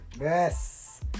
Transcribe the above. Yes